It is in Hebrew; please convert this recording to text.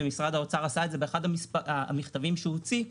ומשרד האוצר עשה את זה באחד המכתבים שהוא הוציא,